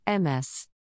Ms